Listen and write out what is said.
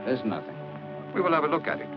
there's nothing we will have a look at it